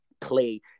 play